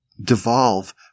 devolve